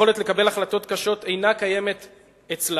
היכולת לקבל החלטות קשות אינה קיימת אצלה.